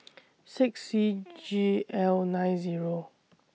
six C G L nine Zero